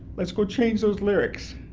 let's go change those lyrics.